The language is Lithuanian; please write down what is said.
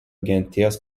genties